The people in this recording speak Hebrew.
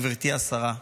גברתי השרה,